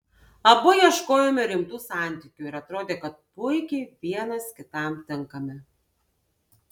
abu ieškojome rimtų santykių ir atrodė kad puikiai vienas kitam tinkame